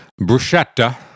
bruschetta